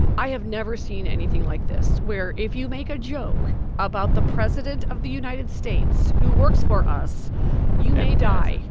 i have never seen anything like this, where, if you make a joke about the president of the united states who works for us you may die.